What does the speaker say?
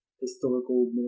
historical